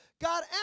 God